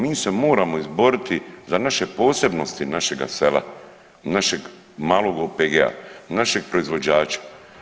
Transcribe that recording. Mi se moramo izboriti za naše posebnosti našega sela i našeg malog OPG-a, našeg proizvođača.